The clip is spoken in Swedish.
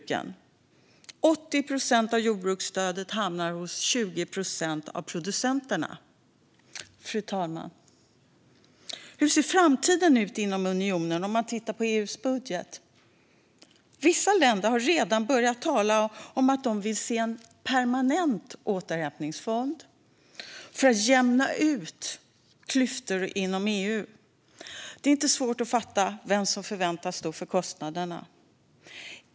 Det är 80 procent av jordbruksstödet som hamnar hos 20 procent av producenterna. Fru talman! Hur ser framtiden ut inom unionen om man tittar på EU:s budget? Vissa länder har redan börjat tala om att de vill se en permanent återhämtningsfond för att jämna ut klyftor inom EU. Det är inte svårt att fatta vem som förväntas stå för kostnaderna.